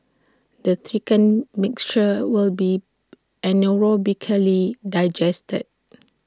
the thickened mixture will be anaerobically digested